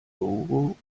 logo